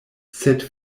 sed